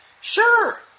Sure